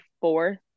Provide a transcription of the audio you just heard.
fourth